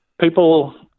People